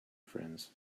friends